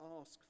ask